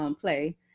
play